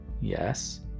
Yes